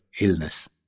illness